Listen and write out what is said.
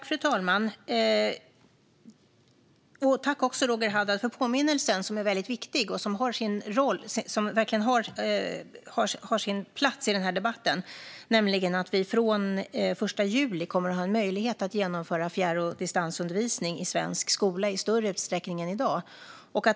Fru talman! Tack, Roger Haddad, för påminnelsen om något som är viktigt och verkligen har sin plats i debatten! Vi kommer nämligen från den 1 juli att i svensk skola ha en möjlighet att genomföra fjärr och distansundervisning i större utsträckning än i dag.